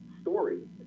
story